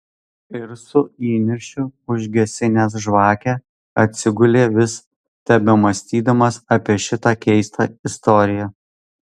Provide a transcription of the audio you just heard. ir su įniršiu užgesinęs žvakę atsigulė vis tebemąstydamas apie šitą keistą istoriją